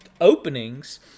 openings